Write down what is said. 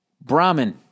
Brahmin